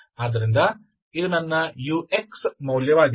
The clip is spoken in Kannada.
ಆದ್ದರಿಂದ ಇದು ನನ್ನ uxಮೌಲ್ಯವಾಗಿದೆ